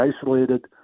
isolated